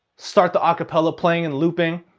start the acapella playing and looping.